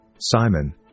Simon